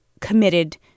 committed